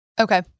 Okay